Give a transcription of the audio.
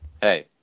hey